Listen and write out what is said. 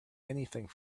anything